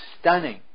stunning